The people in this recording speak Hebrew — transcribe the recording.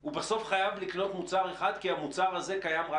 הוא בסוף חייב לקנות מוצר אחד כי המוצר קיים רק